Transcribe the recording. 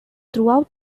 throughout